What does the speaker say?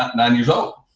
nine years old.